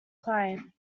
client